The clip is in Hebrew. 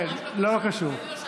כן, לא קשור.